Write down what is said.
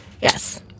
yes